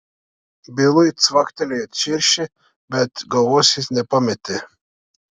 bilui cvaktelėjo širšė bet galvos jis nepametė